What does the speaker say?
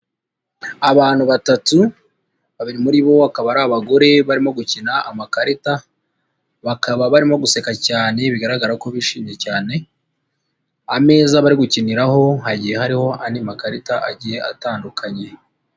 Abantu batatu, babiri muri bo akaba ari abagore barimo gukina amakarita, bakaba barimo guseka cyane bigaragara ko bishimye cyane, ameza bari gukiniraho, hagiye hariho andi makarita agiye atandukanye.